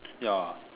ya